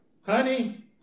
honey